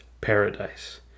paradise